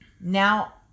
now